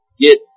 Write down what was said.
get